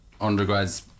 undergrads